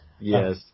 Yes